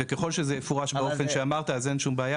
וככל שזה יפורש באופן שאמרת אז אין שום בעיה,